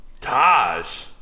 Taj